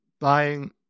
buying